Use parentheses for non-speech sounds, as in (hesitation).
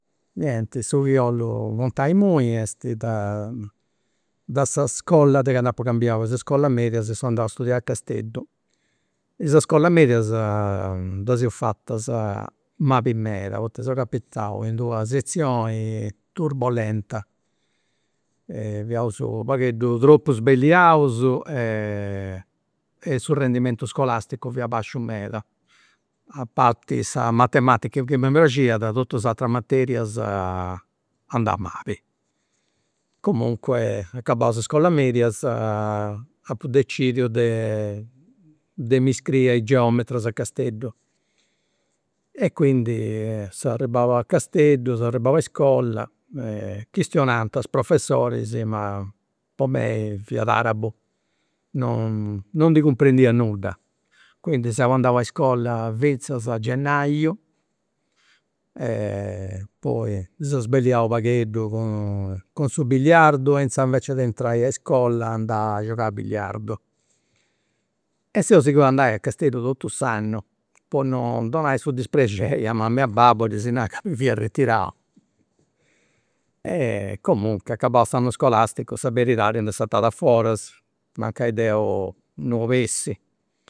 Nienti, su chi 'ollu contai imui est de sa iscola de candu apu cambiau de is iscolas medias e seu andau a studiai a casteddu. Is iscolas medias ddas eus fatas mali meda poita seu capitau in d'una setzioni turbolenta fiaus u' pagheddu tropu sbelliaus (hesitation) e su rendimentu scolasticu fiat basciu meda, a parti sa matematica chi a mei mi praxiat, totus is ateras materias andà mali. Comunque acabaus is iscolas medias apu decidiu de de mi iscriri a i' geometras a casteddu. E quindi seu arribau a casteddu seu arribau a iscola chistionant is professoris ma po mei fiat arabu, non non ndi cumprendia nudda. Quindi seu andau a iscola finzas a gennaiu (hesitation) e poi mi seu sbelliau u' pagheddu cun su billiardu e inzaras e invece de intrai a iscola andà a giogai a billiardu. E seu sighiu a andai a casteddu totu s'annu po non donai su disprexeri a mama e a babbu a ddis nai ca mi fia arretirau. (hesitation) e comunque acabau s'annu scolasticu sa beridadi nd'est sartada a foras, mancai deu non 'obessi